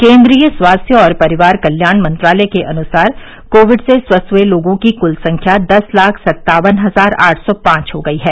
केंद्रीय स्वास्थ्य और परिवार कल्याण मंत्रालय के अनुसार कोविड से स्वस्थ हुए लोगों की कुल संख्या दस लाख सत्तावन हजार आठ सौ पांच हो गई है